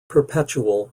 perpetual